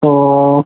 so